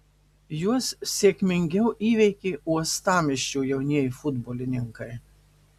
juos sėkmingiau įveikė uostamiesčio jaunieji futbolininkai